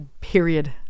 Period